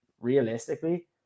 realistically